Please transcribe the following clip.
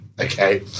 Okay